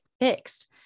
fixed